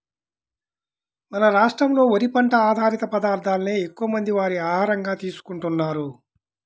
మన రాష్ట్రంలో వరి పంట ఆధారిత పదార్ధాలనే ఎక్కువమంది వారి ఆహారంగా తీసుకుంటున్నారు